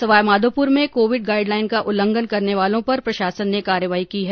सवाई माधोपुर में Covid guideline का उल्लंघन करने वालों पर प्रशासन ने कार्रवाई की है